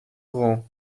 grand